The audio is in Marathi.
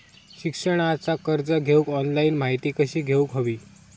शिक्षणाचा कर्ज घेऊक ऑनलाइन माहिती कशी घेऊक हवी?